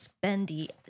bendy